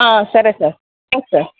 సరే sir yes sir